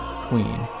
queen